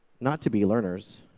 not to be learners.